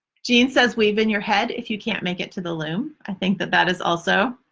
jeanne says weave in your head if you can't make it to the loom. i think that that is also